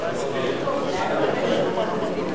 אתה מציג את החוק.